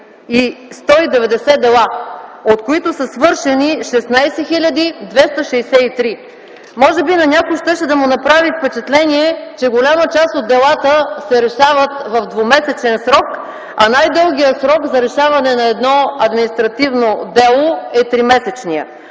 190 дела, от които са свършени 16 хил. 263. Може би на някой щеше да му направи впечатление, че голяма част от делата се решават в двумесечен срок, а най-дългият срок за решаване на едно административно дело е тримесечният.